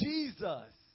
Jesus